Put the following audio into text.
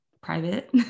Private